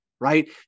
right